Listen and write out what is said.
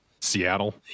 Seattle